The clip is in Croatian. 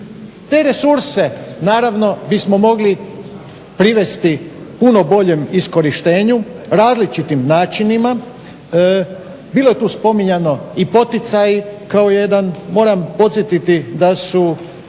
Te resurse naravno bismo mogli privesti puno boljem iskorištenju, različitim načinima, bilo je tu spominjano i poticaji kao jedan moram podsjetiti da su